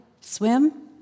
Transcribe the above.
Swim